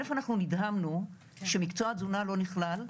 אנחנו נדהמנו שמקצוע התזונה לא נכלל,